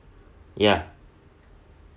ya